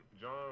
John